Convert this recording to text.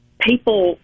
people